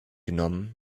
genommen